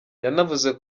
yanavuze